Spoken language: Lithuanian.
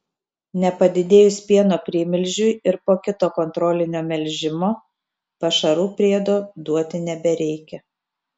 nepadidėjus pieno primilžiui ir po kito kontrolinio melžimo pašarų priedo duoti nebereikia